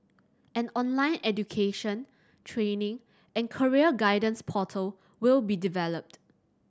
an online education training and career guidance portal will be developed